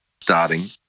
starting